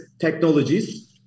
technologies